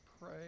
pray